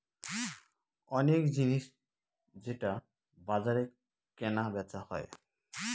অনেক জিনিস যেটা বাজারে কেনা বেচা হয়